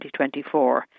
2024